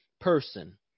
person